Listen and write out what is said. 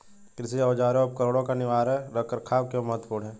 कृषि औजारों और उपकरणों का निवारक रख रखाव क्यों महत्वपूर्ण है?